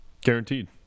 Guaranteed